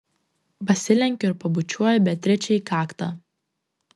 pasilenkiu ir pabučiuoju beatričę į kaktą